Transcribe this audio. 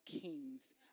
kings